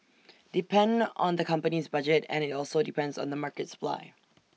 depend on the company's budget and IT also depends on the market supply